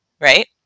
right